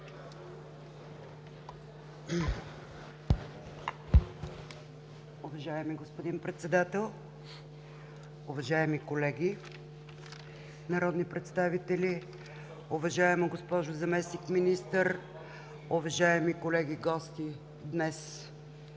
Уважаеми господин Председател, уважаеми колеги народни представители, уважаема госпожо Заместник-министър, уважаеми гости, днес